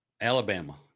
alabama